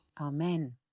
Amen